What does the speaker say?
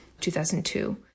2002